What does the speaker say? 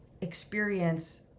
experience